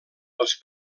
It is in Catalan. els